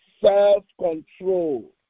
self-control